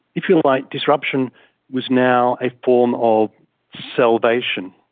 if you like, disruption was now a form of salvation.